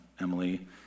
Emily